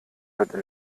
heute